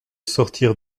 sortir